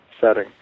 setting